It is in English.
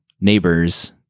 neighbors